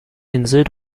insel